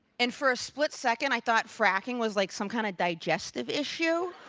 and for a split second i thought fracking was like some kind of digestive issue.